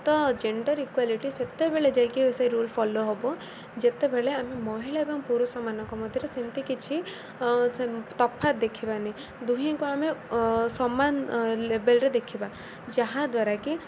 ତ gender equality ସେତେବେଳେ ଯାଇକି ସେ ରୁଲ୍ ଫଲୋ ହବ ଯେତେବେଳେ ଆମେ ମହିଳା ଏବଂ ପୁରୁଷମାନଙ୍କ ମଧ୍ୟରେ ସେମିତି କିଛି ତଫାତ୍ ଦେଖିବାନି ଦୁହିିଁଙ୍କୁ ଆମେ ସମାନ ଲେବେେଲ୍ରେ ଦେଖିବା ଯାହାଦ୍ୱାରା କି